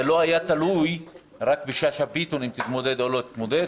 זה לא היה תלוי רק בשאשא ביטון אם תתמודד או לא תתמודד,